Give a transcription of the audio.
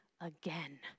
again